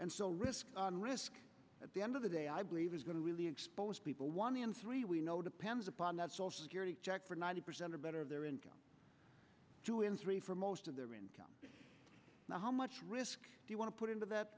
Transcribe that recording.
and so risk risk at the end of the day i believe is going to really expose people one in three we know depends upon that social security check for ninety percent or better of their income two in three for most of their income now how much risk do you want to put into that